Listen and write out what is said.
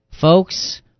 Folks